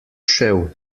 šel